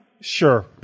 sure